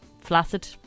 flaccid